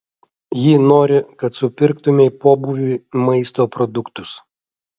ji nori kad supirktumei pobūviui maisto produktus